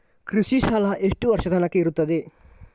ಕೃಷಿ ಸಾಲ ಎಷ್ಟು ವರ್ಷ ತನಕ ಇರುತ್ತದೆ?